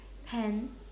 pen